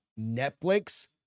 Netflix